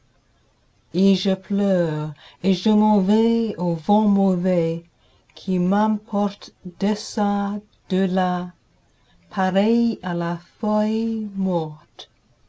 et je pleure et je m'en vais au vent mauvais qui m'emporte deçà delà pareil à la feuille morte